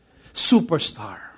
Superstar